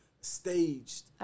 staged